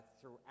throughout